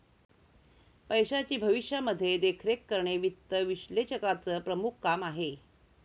पैशाची भविष्यामध्ये देखरेख करणे वित्त विश्लेषकाचं प्रमुख काम आहे